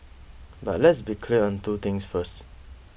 but let's be clear on two things first